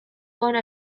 one